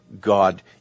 God